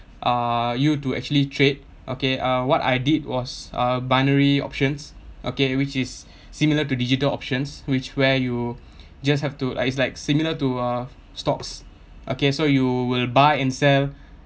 uh you to actually trade okay uh what I did was uh binary options okay which is similar to digital options which where you just have to like it's like similar to uh stocks okay so you will buy and sell